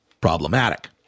problematic